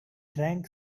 drank